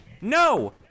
No